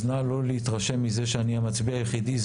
אז נא לא להתרשם מזה שאני המצביע היחידי,